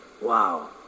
Wow